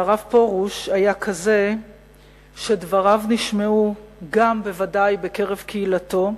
והרב פרוש היה כזה שדבריו נשמעו גם בוודאי בקרב קהילתו,